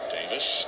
Davis